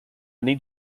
many